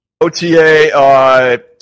OTA